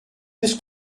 this